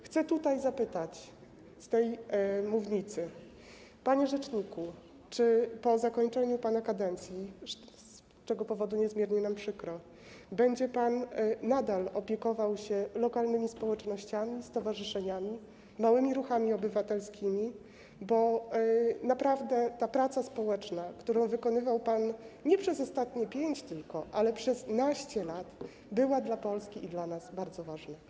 Chcę zapytać z tej mównicy, panie rzeczniku, czy po zakończeniu pana kadencji, z powodu czego jest nam niezmiernie przykro, będzie pan nadal opiekował się lokalnymi społecznościami, stowarzyszeniami, małymi ruchami obywatelskimi, bo naprawdę ta praca społeczna, którą wykonywał pan nie tylko przez ostatnie 5 lat, ale przez naście lat, była dla Polski i dla nas bardzo ważna.